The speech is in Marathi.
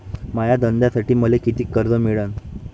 माया धंद्यासाठी मले कितीक कर्ज मिळनं?